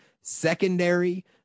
secondary